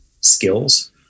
skills